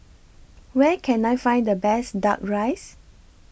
Where Can I Find The Best Duck Rice